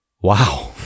Wow